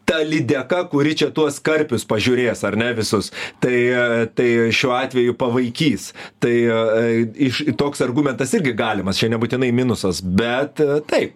ta lydeka kuri čia tuos karpius pažiūrės ar ne visus tai tai šiuo atveju pavaikys tai iš toks argumentas irgi galimas čia nebūtinai minusas bet taip